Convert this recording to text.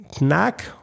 knack